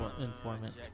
Informant